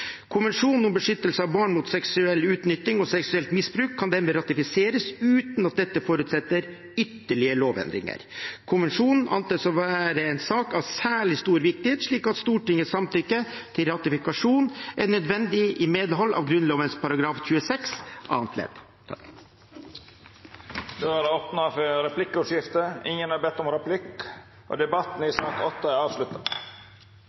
Konvensjonen om beskyttelse av barn mot seksuell utnytting og seksuelt misbruk kan dermed ratifiseres uten at dette forutsetter ytterligere lovendringer. Konvensjonen antas å være en sak av særlig stor viktighet, slik at Stortingets samtykke til ratifikasjon er nødvendig i medhold av Grunnloven § 26 andre ledd.